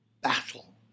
battle